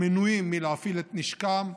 המנועים מלהפעיל את נשקם,